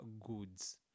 goods